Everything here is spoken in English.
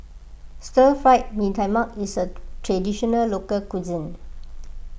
Stir Fried Mee Tai Mak is a Traditional Local Cuisine